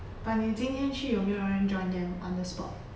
but 你今天去有没有人 join them on the spot